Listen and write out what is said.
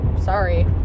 sorry